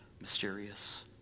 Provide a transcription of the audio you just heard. mysterious